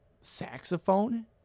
saxophone